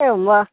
एवं वा